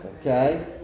okay